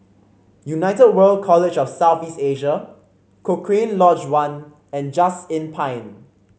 United World College of South East Asia Cochrane Lodge One and Just Inn Pine